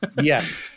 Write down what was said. Yes